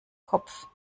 kopf